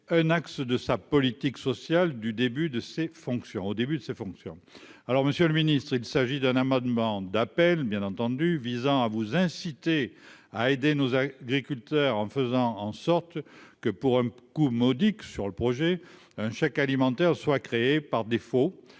début de ses fonctions au début de ses fonctions, alors Monsieur le ministre, il s'agit d'un amendement d'appel bien entendu visant à vous inciter à aider nos agriculteurs en faisant en sorte que, pour un coût modique sur le projet, un chèque alimentaire soit créée par défaut,